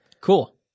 Cool